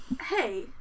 hey